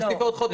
תוסיפי עוד חודש.